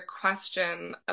question